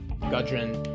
Gudrun